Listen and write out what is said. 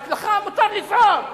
רק לך מותר לזעום?